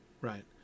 right